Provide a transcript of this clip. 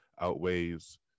outweighs